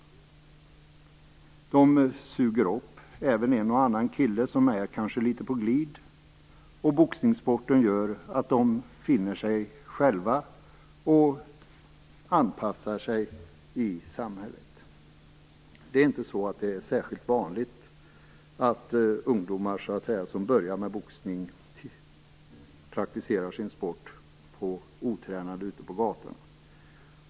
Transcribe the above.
Den suger även upp en och annan kille som kanske är litet på glid. Boxningssporten gör att de finner sig själva och anpassar sig i samhället. Det är inte särskilt vanligt att ungdomar som börjar med boxning praktiserar sin sport otränade ute på gatan.